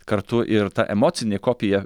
kartu ir ta emocinė kopija